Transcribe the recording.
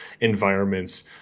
environments